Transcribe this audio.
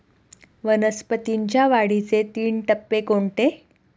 वनस्पतींच्या वाढीचे तीन टप्पे कोणते?